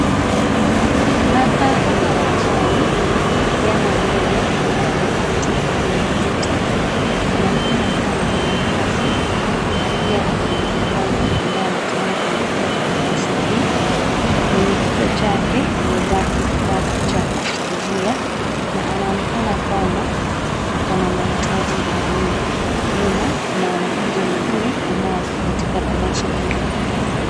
Hapa ni darasani. Kijana moja ambaye ameketi kwenye kiti anaonekana kuwa na karatasi na pia ako na kalamu ambayo anatumia kuandikia karatasi hii. Kwenye kichwa chake amevaa kifaa cha kuskizia na anaonekana kwamba akona mahitaji maalum. Nyuma kuna wanafunzi wengine ambao wako katika darasa hili.